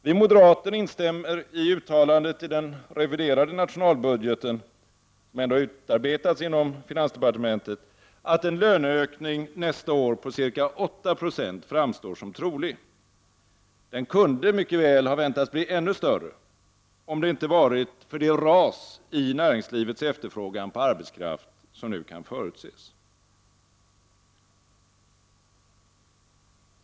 Vi moderater instämmer i uttalandet i den reviderade nationalbudgeten som utarbetats inom finansdepartementet, att en löneökning nästa år på ca 8 20 framstår som trolig. Den kunde mycket väl ha väntats bli ännu större, om det inte hade varit för det ras i näringslivets efterfrågan på arbetskraft som nu kan förutses.